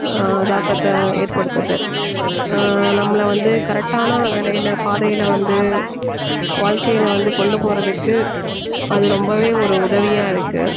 தாக்கத்தை ஏற்படுத்தது நம்மளை வந்து கரெக்டான வேலையில் பாதையில் வந்து வாழ்க்கையில் வந்து கொண்டு போகிறதுக்கு அது ரொம்பவே ஒரு உதவியாக இருக்குது